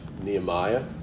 Nehemiah